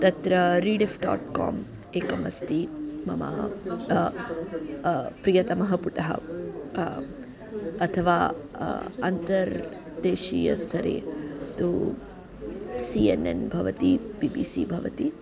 तत्र Rediff dot com एकमस्ति मम प्रियतमः पुटः अथवा अन्तरदेशीयस्थरे तु सि एन् एन् भवति बि बि सि भवति